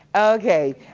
okay,